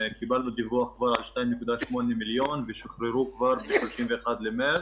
קיבלנו דיווח על 2.8 מיליון ששוחררו כבר ב-31 במארס,